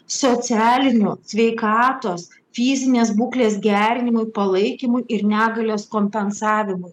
socialinių sveikatos fizinės būklės gerinimui palaikymui ir negalios kompensavimui